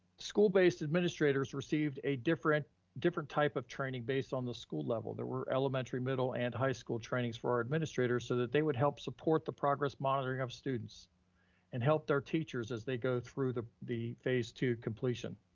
school-based administrators received a different different type of training based on the school level, there were elementary, middle and high school trainings for our administrators so that they would help support the progress monitoring of students and help their teachers as they go through the the phase two completion.